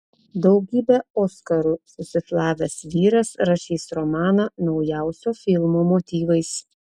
daugybę oskarų susišlavęs vyras rašys romaną naujausio filmo motyvais